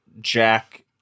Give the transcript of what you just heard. Jack